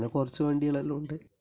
പിന്നെ കുറച്ച് വണ്ടികളെല്ലാം ഉണ്ട്